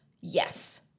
yes